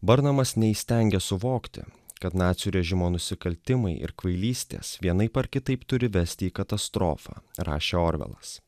burnamas neįstengė suvokti kad nacių režimo nusikaltimai ir kvailystės vienaip ar kitaip turi vesti į katastrofą rašė orvelas